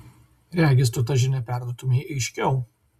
regis tu tą žinią perduotumei aiškiau